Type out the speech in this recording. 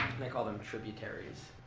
and i call them tributaries.